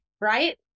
right